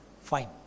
fine